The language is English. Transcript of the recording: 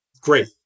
Great